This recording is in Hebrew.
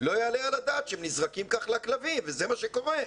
לא יעלה על הדעת שהם נזרקים כך לכלבים וזה מה שקורה.